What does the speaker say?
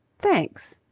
thanks.